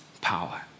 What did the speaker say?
power